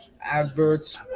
adverts